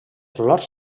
flors